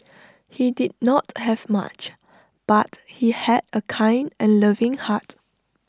he did not have much but he had A kind and loving heart